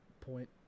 point